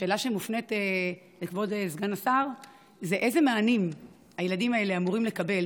השאלה שמופנית לכבוד סגן השר: אילו מענים הילדים האלה אמורים לקבל